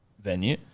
venue